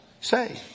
Say